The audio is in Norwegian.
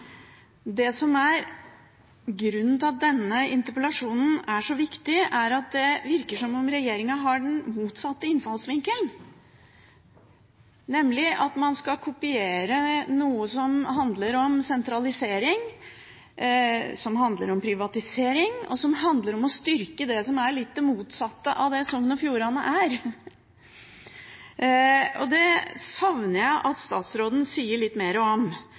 Grunnen til at denne interpellasjonen er så viktig, er at det virker som om regjeringen har den motsatte innfallsvinkelen, nemlig at man skal kopiere noe som handler om sentralisering, som handler om privatisering, og som handler om å styrke det som er litt det motsatte av det Sogn og Fjordane er. Det savner jeg at statsråden sier litt mer om.